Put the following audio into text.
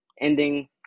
Ending